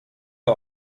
war